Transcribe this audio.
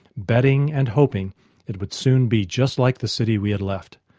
betting and hoping it would soon be just like the city we had left.